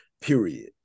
period